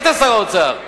אתה היית שר האוצר.